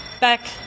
back